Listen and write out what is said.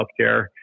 healthcare